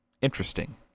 interesting